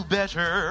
better